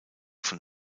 von